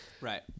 Right